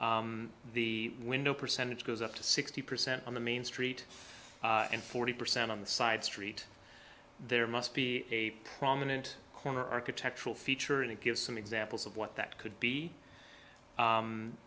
the window percentage goes up to sixty percent on the main street and forty percent on the side street there must be a prominent corner architectural feature in it give some examples of what that could be